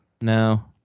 No